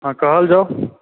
हॅं कहल जाउ